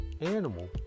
animal